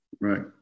Right